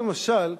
למשל,